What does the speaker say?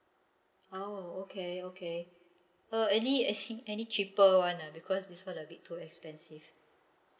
oh okay okay uh any actually any cheaper [one] ah because this [one] a bit too expensive